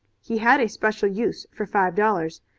he had a special use for five dollars,